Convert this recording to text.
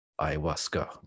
ayahuasca